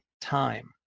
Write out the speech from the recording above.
time